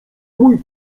mój